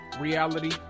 Reality